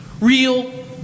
real